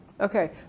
Okay